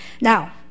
Now